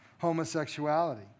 homosexuality